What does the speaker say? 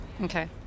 Okay